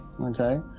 Okay